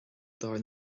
dár